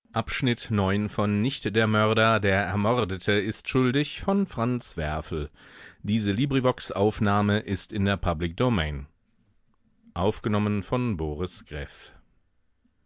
nicht der mörder der ermordete ist schuldig